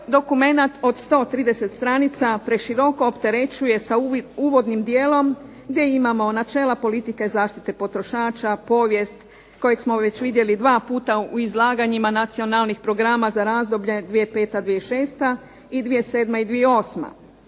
dokumenat od 130 stranica preširoko opterećuje sa uvodnim dijelom gdje imamo načela politike zaštite potrošača, povijest, kojeg smo već vidjeli 2 puta u izlaganjima nacionalnih programa za razdoblje 2005.-2006. i 2007.- 2008.